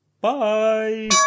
bye